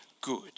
good